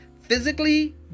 physically